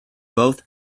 both